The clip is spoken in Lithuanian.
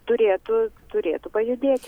turėtų turėtų pajudėti